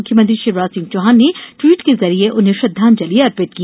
मुख्यमंत्री शिवराज सिंह चौहान ने टवीट के जरिए उन्हें श्रद्धांजलि अर्पित की